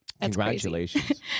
Congratulations